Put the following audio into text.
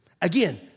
Again